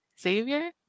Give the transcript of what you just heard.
Xavier